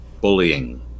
bullying